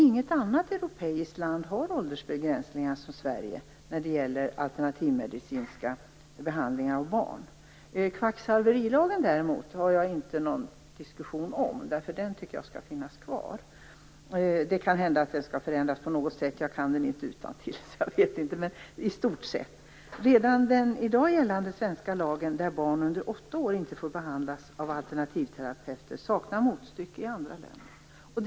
Inget annat land har de åldersbegränsningar som Sverige har när det gäller alternativmedicinska behandlingar av barn. Kvacksalverilagen har jag däremot inga invändningar mot, för den tycker jag skall finnas kvar. Det kan hända att den skall förändras på något sätt. Jag kan den inte utantill, men i stort sett är den bra. Redan den i dag gällande svenska lagen som säger att barn under åtta år inte får behandlas av alternativterpeuter saknar motstycke i andra länder.